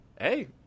Hey